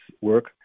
work